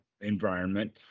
environment